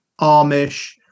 Amish